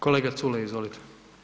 Kolega Culej, izvolite.